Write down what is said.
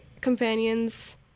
companions